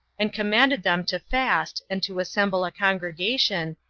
and commanded them to fast and to assemble a congregation,